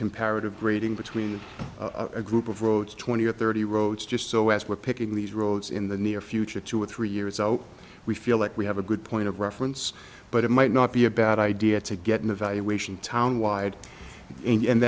comparative grading between a group of roads twenty or thirty roads just so as we're picking these roads in the near future two or three years out we feel like we have a good point of reference but it might not be a bad idea to get an evaluation town wide and